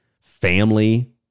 family